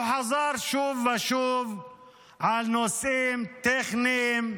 הוא חזר שוב ושוב על נושאים טכניים,